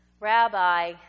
Rabbi